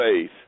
faith